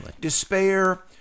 despair